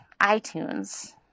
iTunes